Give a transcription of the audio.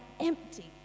empty